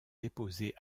déposées